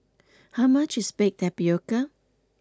how much is Baked Tapioca